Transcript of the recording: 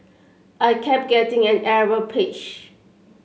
I kept getting an error page